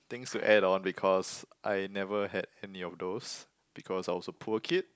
things to add on because I never had any of those because I was a poor kid